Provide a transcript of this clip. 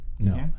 No